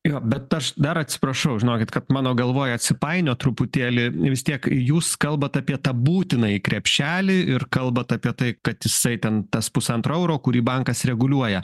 jo bet aš dar atsiprašau žinokit kad mano galvoj atsipainiot truputėlį vis tiek jūs kalbat apie tą būtinąjį krepšelį ir kalbat apie tai kad jisai ten tas pusantro euro kurį bankas reguliuoja